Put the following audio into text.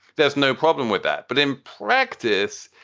there's no problem with that. but in practice,